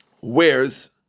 wears